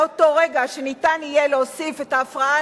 מאותו רגע שניתן יהיה להוסיף את ההפרעה הנפשית,